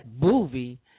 movie